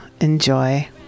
enjoy